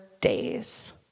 days